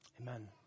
Amen